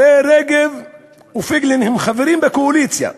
הרי רגב ופייגלין הם חברים בקואליציה.